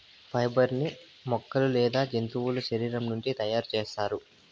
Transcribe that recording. fibre ని మొక్కలు లేదా జంతువుల శరీరం నుండి తయారు చేస్తారు